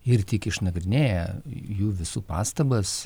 ir tik išnagrinėję jų visų pastabas